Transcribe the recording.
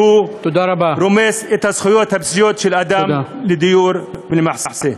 ורומס את הזכויות הבסיסיות של האדם לדיור ולמחסה.